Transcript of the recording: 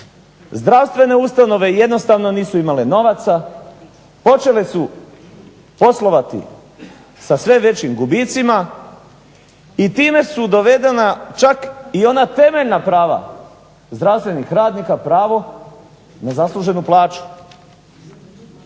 zdravstvene ustanove jednostavno nisu imale novaca, počele su poslovati sa sve većim gubicima, i time su dovedena čak i ona temeljna prava zdravstvenih radnika pravo na zasluženu plaću.